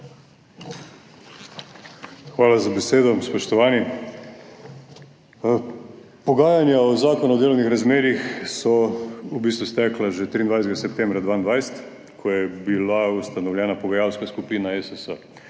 Hvala za besedo. Spoštovani! Pogajanja o Zakonu o delovnih razmerjih so v bistvu stekla že 23. septembra 2022, ko je bila ustanovljena pogajalska skupina ESS,